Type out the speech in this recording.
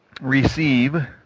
receive